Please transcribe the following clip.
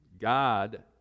God